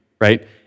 right